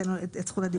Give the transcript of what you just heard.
זה פורום שילה.